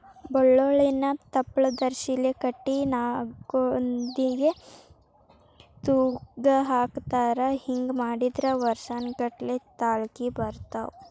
ಬಳ್ಳೋಳ್ಳಿನ ತಪ್ಲದರ್ಸಿಲೆ ಕಟ್ಟಿ ನಾಗೊಂದಿಗೆ ತೂಗಹಾಕತಾರ ಹಿಂಗ ಮಾಡಿದ್ರ ವರ್ಸಾನಗಟ್ಲೆ ತಾಳ್ಕಿ ಬರ್ತಾವ